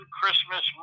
Christmas